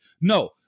No